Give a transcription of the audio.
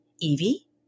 Evie